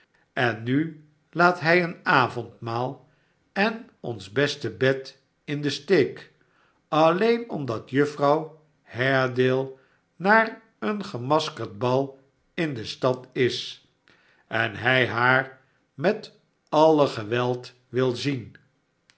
en nu laat hij een goed avondmaal en ons beste bed in den steek alleen omdat juffrouw haredale naar een gemaskerd bal in de stad is en hij haar met alle geweld wil zien